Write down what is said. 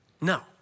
No